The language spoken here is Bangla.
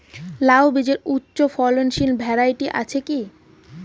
লাউ বীজের উচ্চ ফলনশীল ভ্যারাইটি আছে কী?